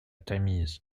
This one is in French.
tamise